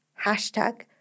hashtag